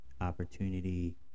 opportunity